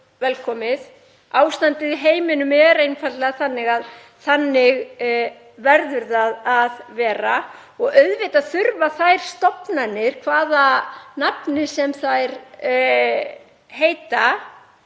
Ástandið í heiminum er einfaldlega þannig að þannig verður það að vera. Auðvitað þurfa stofnanir, hvaða nafni sem þær heita,